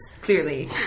clearly